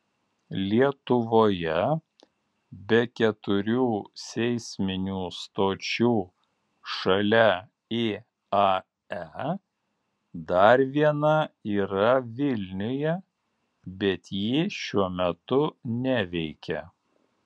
lietuvoje be keturių seisminių stočių šalia iae dar viena yra vilniuje bet ji šiuo metu neveikia